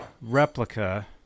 replica